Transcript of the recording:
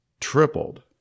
tripled